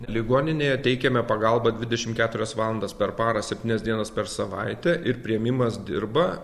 ligoninėje teikiame pagalbą dvidešim keturias valandas per parą septynias dienas per savaitę ir priėmimas dirba